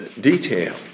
detail